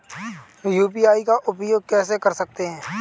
UPI का उपयोग कैसे कर सकते हैं?